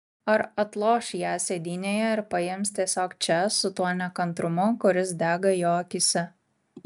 ar atloš ją sėdynėje ir paims tiesiog čia su tuo nekantrumu kuris dega jo akyse